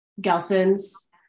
Gelson's